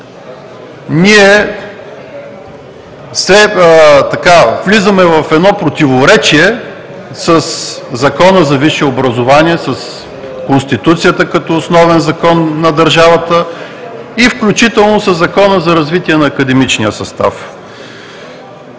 ние влизаме в едно противоречие със Закона за висшето образование, с Конституцията, като основен закон на държавата, включително със Закона за развитие на академичния състав.